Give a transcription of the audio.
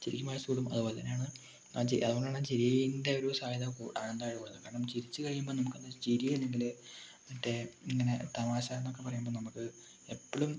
ചിരിക്കുമ്പോൾ ആയുസ് കൂടും അതുപോലെ തന്നെയാണ് ആ അതുകൊണ്ടാണ് ചിരി ചിരിൻ്റെ ഒരു സഹായം ആണെന്നാണ് പറയുന്നത് കാരണം ചിരിച്ചു കഴിയുമ്പോ നമുക്ക് ചിരി അല്ലെങ്കിൽ നമുക്ക് മറ്റേ ഇങ്ങനെ തമാശ എന്നൊക്കെ പറയുമ്പോൾ നമുക്ക് എപ്പളും